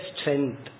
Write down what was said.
strength